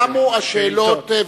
תמו השאלות,